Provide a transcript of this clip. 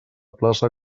plaça